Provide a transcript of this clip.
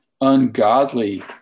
ungodly